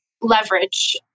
leverage